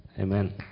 Amen